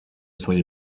soyez